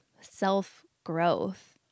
self-growth